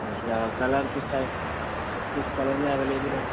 اچھا کلر کس ٹائپ کس کلر میں اویلیبل ہوں گے